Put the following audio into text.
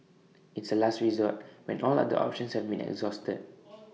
it's A last resort when all other options have been exhausted